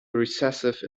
recessive